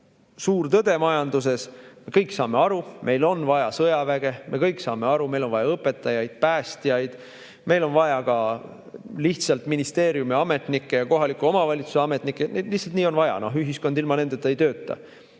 suur tõde majanduses. Me kõik saame aru, et meil on vaja sõjaväge, me kõik saame aru, et meil on vaja õpetajaid, päästjaid, meil on vaja ka lihtsalt ministeeriumiametnikke ja kohaliku omavalitsuse ametnikke. Lihtsalt nii on vaja, ühiskond ilma nendeta ei tööta.